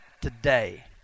today